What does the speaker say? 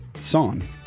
song